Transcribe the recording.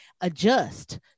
adjust